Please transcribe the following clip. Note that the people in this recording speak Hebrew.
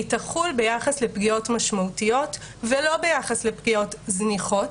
תחול ביחס לפגיעות משמעותיות ולא ביחס לפגיעות זניחות.